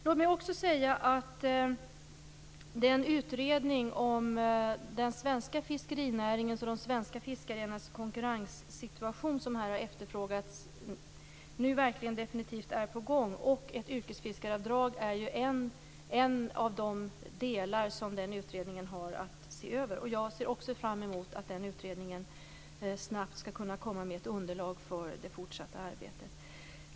Låt mig också säga att den utredning om den svenska fiskerinäringens och de svenska fiskarnas konkurrenssituation som här har efterfrågats nu definitivt är på gång. Ett yrkesfiskaravdrag är en av de frågor som den utredningen har att se över. Jag ser också fram emot att den utredningen snabbt kommer med ett underlag för det fortsatta arbetet.